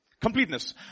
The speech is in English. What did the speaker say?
Completeness